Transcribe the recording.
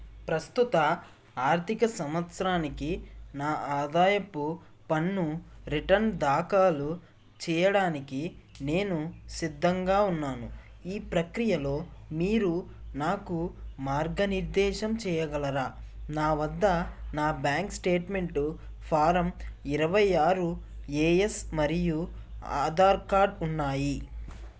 ప్రస్తుత ఆర్థిక సంవత్సరానికి నా ఆదాయపు పన్ను రిటర్న్ ధాఖాలు చెయ్యడానికి నేను సిద్ధంగా ఉన్నాను ఈ ప్రక్రియలో మీరు నాకు మార్గనిర్దేశం చెయ్యగలరా నా వద్ద నా బ్యాంక్ స్టేట్మెంటు ఫారం ఇరవై ఆరు ఏఎస్ మరియు ఆధార్ కార్డ్ ఉన్నాయి